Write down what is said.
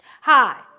Hi